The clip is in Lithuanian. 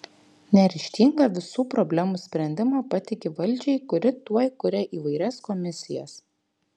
neryžtinga visų problemų sprendimą patiki valdžiai kuri tuoj kuria įvairias komisijas